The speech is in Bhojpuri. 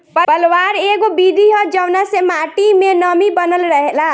पलवार एगो विधि ह जवना से माटी मे नमी बनल रहेला